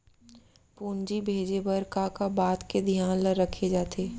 पूंजी भेजे बर का का बात के धियान ल रखे जाथे?